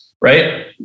Right